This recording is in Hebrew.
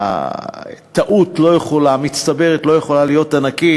הטעות המצטברת לא יכולה להיות ענקית.